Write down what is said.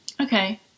Okay